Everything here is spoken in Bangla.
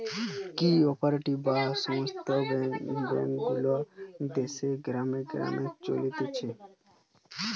কো অপারেটিভ বা সমব্যায় ব্যাঙ্ক গুলা দেশের গ্রামে গ্রামে চলতিছে